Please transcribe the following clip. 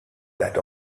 that